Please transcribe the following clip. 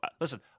Listen